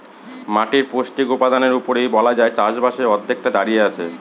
মাটির পৌষ্টিক উপাদানের উপরেই বলা যায় চাষবাসের অর্ধেকটা দাঁড়িয়ে আছে